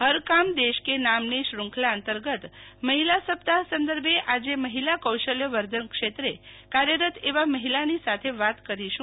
હર કામ દેશ કે નામ ની શ્રુંખલા અંતર્ગત મહિલા સપ્તાહ સંદર્ભે આજે મહિલા કૌશલ્ય વર્ધન ક્ષેત્રે કાર્યરત એવા મહિલાની સાથે વાત કરીશું